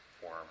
form